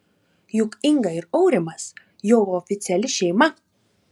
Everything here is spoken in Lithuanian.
juk inga ir aurimas jau oficiali šeima